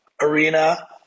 arena